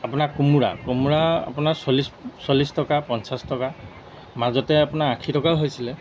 আপোনাৰ কোমোৰা কোমোৰা আপোনাৰ চল্লিছ চল্লিছ টকা পঞ্চাছ টকা মাজতে আপোনাৰ আশী টকাও হৈছিলে